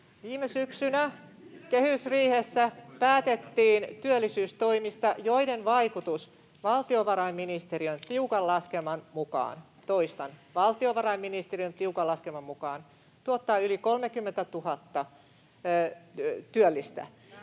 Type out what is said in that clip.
Viime syksynä kehysriihessä päätettiin työllisyystoimista, joiden vaikutus valtiovarainministe-riön tiukan laskelman mukaan — toistan: